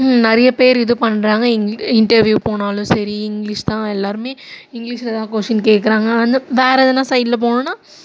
நிறைய பேர் இது பண்ணுறாங்க இங் இன்டெர்வியூ போனாலும் சரி இங்கிலீஷ் தான் எல்லாேருமே இங்கிலீஷில் தான் கொஷின் கேட்குறாங்க வந்து வேறு எதுனால் சைடில் போனோன்னால்